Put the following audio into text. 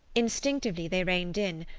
instinctively they reined in,